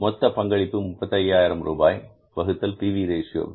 மொத்த பங்களிப்பு 35000 ரூபாய் வகுத்தல் P V ratio PV Ratio